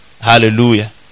Hallelujah